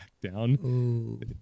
down